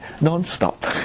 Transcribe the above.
non-stop